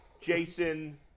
Jason, –